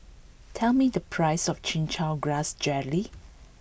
tell me the price of Chin Chow Grass Jelly